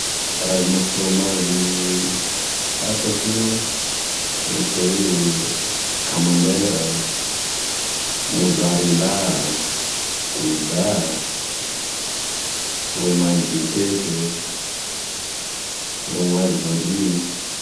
Karazana fromazy fantako ohatry oe camembert, mozarella, goda, fromazy de tête, fromazy vendu.